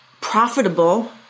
profitable